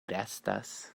restas